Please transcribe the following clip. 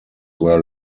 were